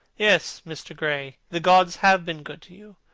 yes, mr. gray, the gods have been good to you.